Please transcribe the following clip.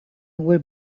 will